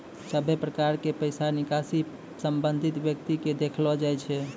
सभे प्रकार के पैसा निकासी संबंधित व्यक्ति के देखैलो जाय छै